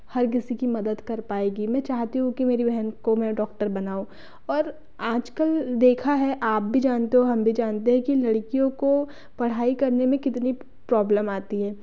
हर किसी की मदद कर पायेगी मैं चाहती हूँ कि मेरी बहन को मैं डॉक्टर बनाऊँ और आजकल देखा है आप भी जानते हो हम भी जानते हैं कि लड़कियों को पढ़ाई करने में कितनी प्रॉब्लम आती है